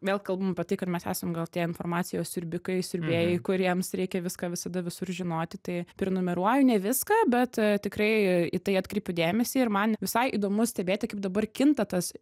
vėl kalbama apie tai kad mes esam gal tie informacijos siurbikai siurbėjai kuriems reikia viską visada visur žinoti tai prenumeruoju ne viską bet tikrai į tai atkreipiu dėmesį ir man visai įdomu stebėti kaip dabar kinta tas